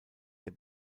der